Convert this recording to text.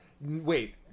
Wait